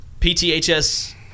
PTHS